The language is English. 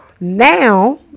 now